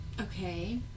Okay